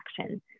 action